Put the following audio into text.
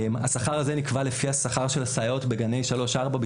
השכר הזה נקבע לפי השכר של הסייעות בגנים בגילאי שלוש-ארבע,